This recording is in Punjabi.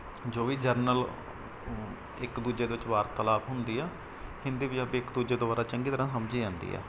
ਜੋ ਵੀ ਜਰਨਲ ਇੱਕ ਦੂਜੇ ਦੇ ਵਿੱਚ ਵਾਰਤਾਲਾਪ ਹੁੰਦੀ ਆ ਹਿੰਦੀ ਪੰਜਾਬੀ ਇੱਕ ਦੂਜੇ ਦੁਆਰਾ ਚੰਗੀ ਤਰ੍ਹਾਂ ਸਮਝੀ ਜਾਂਦੀ ਆ